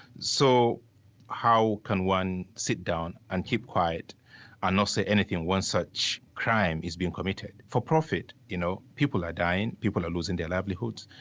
so how can one sit down and keep quiet and not say anything when such crime is being committed for profit, you know. people are dying, people are losing their livelihoods,